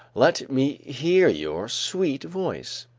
let me hear your sweet voice.